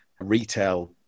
retail